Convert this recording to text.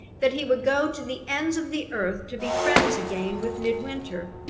that he would go to the ends of the earth to be friends again with midwinter,